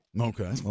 Okay